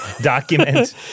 document